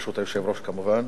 ברשות היושב-ראש, כמובן.